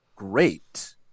great